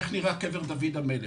איך נראה קבר דוד המלך,